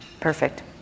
Perfect